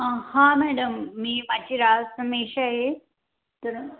हं हां मॅडम मी माझी रास मेष आहे तर